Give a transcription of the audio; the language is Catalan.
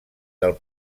del